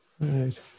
Right